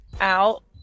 out